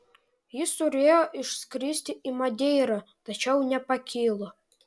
jis turėjo išskristi į madeirą tačiau nepakilo